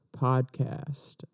Podcast